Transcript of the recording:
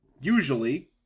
usually